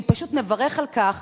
שהוא פשוט מברך על כך,